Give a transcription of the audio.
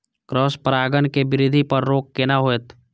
Cross परागण के वृद्धि पर रोक केना होयत?